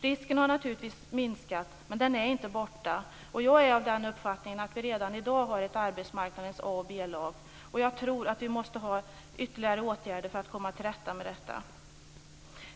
Risken har naturligtvis minskat, men den är inte borta. Jag är av den uppfattningen att vi redan i dag har ett arbetsmarknadens a och b-lag. Jag tror att vi måste vidta ytterligare åtgärder för att komma till rätta med detta.